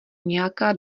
nějaká